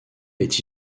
est